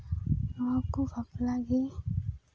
ᱱᱚᱶᱟ ᱠᱚ ᱵᱟᱯᱞᱟᱜᱮ